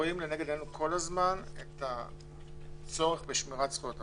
רואים לנגד עינינו כל הזמן את הצורך בשמירת זכויות הפרט,